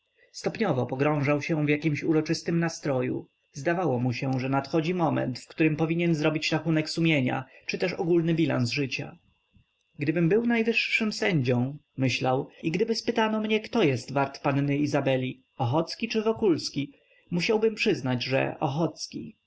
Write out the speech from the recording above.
stopniowo pogrążał się w jakimś uroczystym nastroju zdawało mu się że nadchodzi moment w którym powinien zrobić rachunek sumienia czy też ogólny bilans życia gdybym był najwyższym sędzią myślał i gdyby spytano mnie kto jest wart panny izabeli ochocki czy wokulski musiałbym przyznać że ochocki